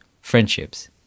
friendships